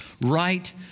right